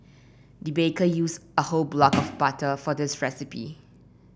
the baker used a whole block of butter for this recipe